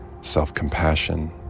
self-compassion